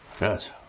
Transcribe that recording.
Yes